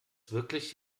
wirklich